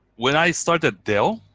when i started dell,